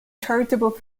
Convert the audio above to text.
charitable